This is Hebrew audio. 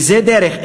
וזה דרך,